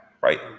right